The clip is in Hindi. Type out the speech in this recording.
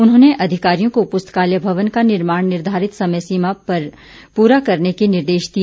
उन्होंने अधिकारियों को पुस्तकालय भवन का निर्माण निर्धारित समय सीमा में पूरा करने के निर्देश दिए